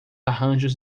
arranjos